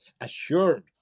assured